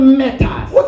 matters